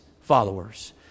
followers